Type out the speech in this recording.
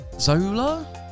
Zola